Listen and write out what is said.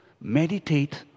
Meditate